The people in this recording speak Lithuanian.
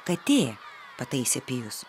katė pataisė pijus